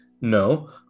No